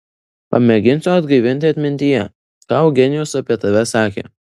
pamėginsiu atgaivinti atmintyje ką eugenijus apie tave sakė